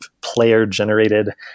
player-generated